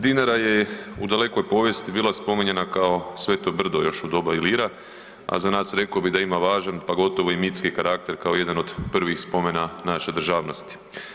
Dinara je u dalekoj povijesti bila spominjanja kao Sveto brdo još u doba Ilira, a za nas rekao bi da ima važan pa gotovo i mitski karakter kao jedan od prvih spomena naše državnosti.